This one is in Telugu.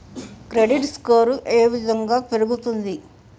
క్రెడిట్ స్కోర్ ఏ విధంగా పెరుగుతుంది?